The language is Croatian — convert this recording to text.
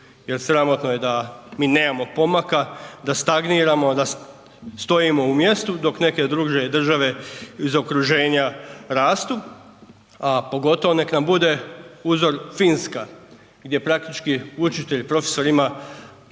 jer sramotno je da mi nemamo pomaka, da stagniramo, da stojimo u mjestu dok neke druge države iz okruženja rastu, a pogotovo nek nam bude uzro Finska gdje praktički učitelj, profesor ima